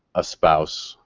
a spouse,